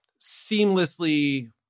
seamlessly